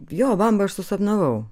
jo bambą aš susapnavau